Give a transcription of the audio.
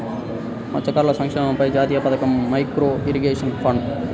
మత్స్యకారుల సంక్షేమంపై జాతీయ పథకం, మైక్రో ఇరిగేషన్ ఫండ్